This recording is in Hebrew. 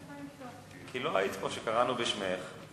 לא היית פה כשקראנו בשמך,